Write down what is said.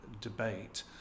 debate